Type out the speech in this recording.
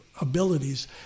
abilities